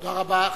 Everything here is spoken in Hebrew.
תודה רבה.